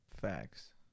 Facts